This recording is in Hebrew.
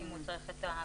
אם הוא צריך את הכתוביות.